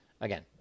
Again